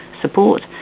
support